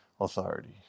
authority